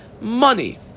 money